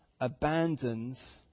abandons